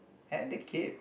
and the kid